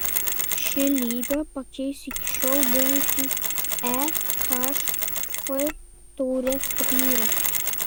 ši lyga pakeis iki šiol buvusį ehf taurės turnyrą